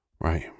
Right